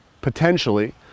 potentially